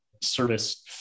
service